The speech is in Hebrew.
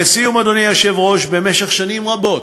לסיום, אדוני היושב-ראש, במשך שנים רבות,